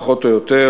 פחות או יותר,